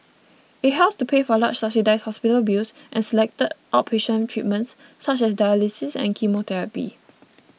it helps to pay for large subsidised hospital bills and selected outpatient treatments such as dialysis and chemotherapy